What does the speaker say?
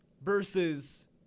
versus